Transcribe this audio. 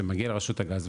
זה מגיע לרשות הגז,